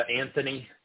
Anthony